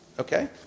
Okay